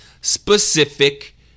specific